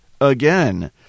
again